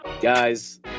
Guys